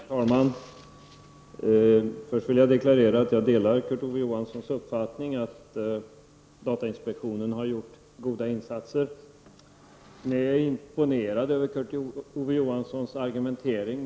Herr talman! Först vill jag deklarera att jag delar Kurt Ove Johanssons uppfattning att datainspektionen har gjort goda insatser. Jag är imponerad av Kurt Ove Johanssons argumentering.